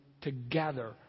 together